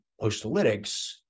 Postalytics